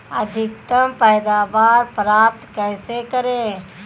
अधिकतम पैदावार प्राप्त कैसे करें?